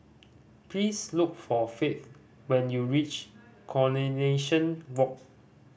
please look for Fate when you reach Coronation Walk